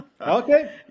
Okay